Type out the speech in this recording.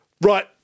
right